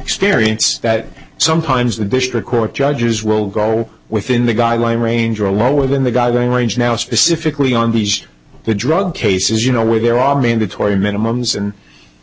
experience that sometimes the district court judges will go within the guidelines range or lower than the range now specifically on these the drug cases you know where there are mandatory minimums and